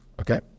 Okay